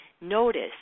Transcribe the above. Notice